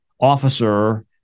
officer